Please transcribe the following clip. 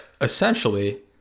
essentially